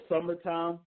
summertime